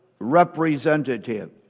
representative